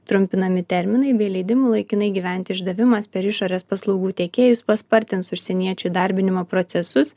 trumpinami terminai bei leidimų laikinai gyventi išdavimas per išorės paslaugų tiekėjus paspartins užsieniečių įdarbinimo procesus